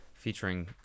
Featuring